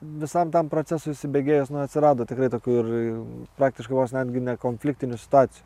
visam tam procesui įsibėgėjus atsirado tikrai tokių ir praktiškai vos netgi ne konfliktinių situacijų